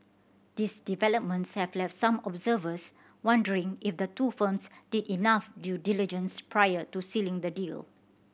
this developments have left some observers wondering if the two firms did enough due diligence prior to sealing the deal